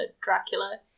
dracula